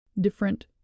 different